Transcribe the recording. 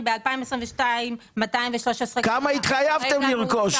ב-2022, 213 --- כמה התחייבתם לרכוש?